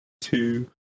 two